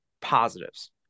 positives